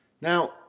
Now